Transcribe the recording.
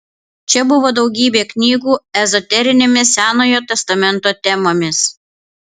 čia buvo daugybė knygų ezoterinėmis senojo testamento temomis